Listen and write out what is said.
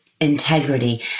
integrity